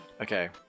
Okay